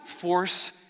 force